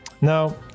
No